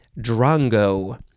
drongo